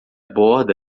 borda